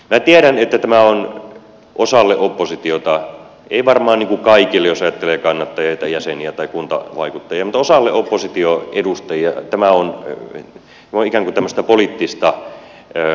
minä tiedän että tämä on osalle oppositiota ei varmaan kaikille jos ajattelee kannattajia tai jäseniä tai kuntavaikuttajia mutta osalle opposition edustajia ikään kuin tämmöistä poliittista peliä